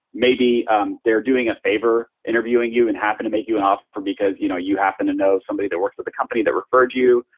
maybe they're doing a favor interviewing you and happen to make you an offer because you know you happen to know somebody that works at the company that referred you.